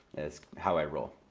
it's how i roll.